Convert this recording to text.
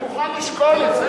אני מוכן לשקול את זה,